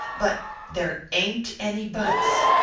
but there ain't any buts.